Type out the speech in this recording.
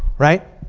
right?